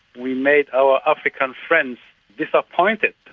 we made our african friends disappointed,